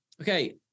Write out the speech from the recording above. okay